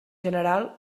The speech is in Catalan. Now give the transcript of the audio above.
general